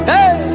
Hey